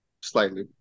slightly